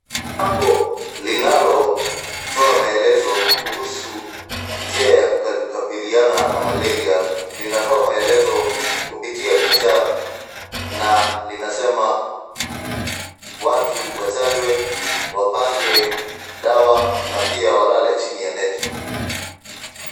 Bango linalotoa maelezo kuhusu njia ya kukabiliana na malaria linatoa maelezo kupitia picha na linasema watu wachanjwe, wapange dawa na pia walale chini ya neti.